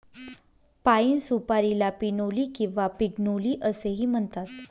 पाइन सुपारीला पिनोली किंवा पिग्नोली असेही म्हणतात